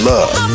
Love